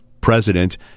president